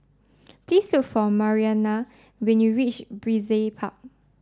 please look for Mariana when you reach Brizay Park